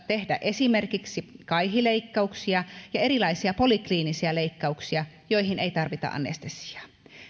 tehdä esimerkiksi kaihileikkauksia ja erilaisia polikliinisiä leikkauksia joihin ei tarvita anestesiaa